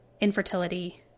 infertility